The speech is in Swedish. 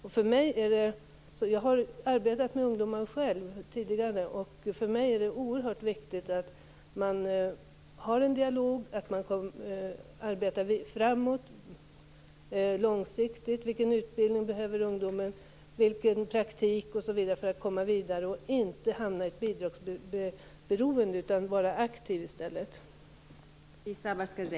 Jag har själv tidigare arbetat med ungdomar, och det är för mig oerhört viktigt att man för en dialog, arbetar långsiktigt och ser till vilken utbildning, praktik osv. som ungdomarna behöver för att komma vidare, undvika att hamna i ett bidragsberoende och i stället förbli aktiva.